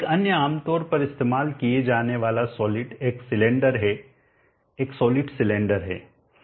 एक अन्य आमतौर पर इस्तेमाल किया जाने वाला सॉलिड एक सिलेंडर है एक सॉलिड सिलेंडर है